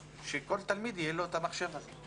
חשוב מאוד שלכל תלמיד יהיה את המחשב הזה.